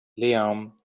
لیام